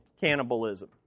cannibalism